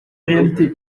réalité